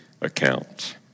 account